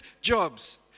jobs